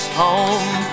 home